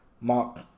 Mark